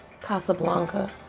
Casablanca